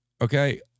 Okay